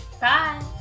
Bye